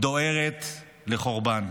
דוהרת לחורבן.